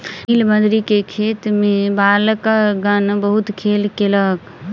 नीलबदरी के खेत में बालकगण बहुत खेल केलक